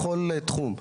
בכל תחום.